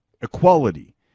Equality